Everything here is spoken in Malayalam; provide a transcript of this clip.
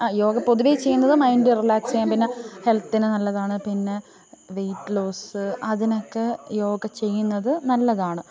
യോഗ പൊതുവേ ചെയ്യുന്നത് മൈന്റ് റിലാക്സ്സെയ്യാന് പിന്നെ ഹെല്ത്തിന് നല്ലതാണ് പിന്നെ വെയിറ്റ് ലോസ് അതിനൊക്കെ യോഗ ചെയ്യുന്നത് നല്ലതാണ്